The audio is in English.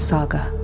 Saga